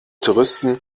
touristen